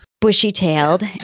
bushy-tailed